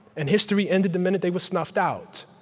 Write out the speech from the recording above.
and history ended the minute they were snuffed out?